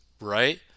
right